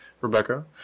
Rebecca